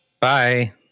Bye